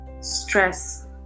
stress